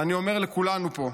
ואני אומר לכולנו פה,